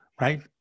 right